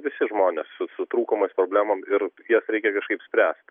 visi žmonės su su trūkumais problemom ir jas reikia kažkaip spręst